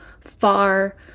far